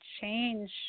change